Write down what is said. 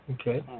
okay